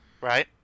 Right